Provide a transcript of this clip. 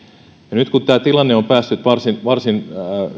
nyt kun tämä tilanne on päässyt varsin varsin